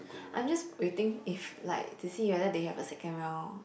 I'm just waiting if like to see whether they have a second round